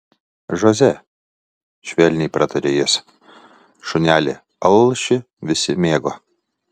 žoze švelniai prataria jis šunelį alšį visi mėgo